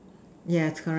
yes correct